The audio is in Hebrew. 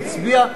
נצביע,